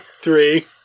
Three